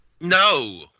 No